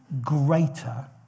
greater